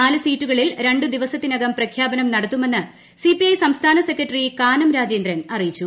നാല് സീറ്റുകളിൽ രണ്ടു ദിവസത്തിനകം പ്രഖ്യാപനം നടത്തുമെന്ന് സിപിഐ സംസ്ഥാന സെക്രട്ടറി കാനം രാജേന്ദ്രൻ അറിയിച്ചു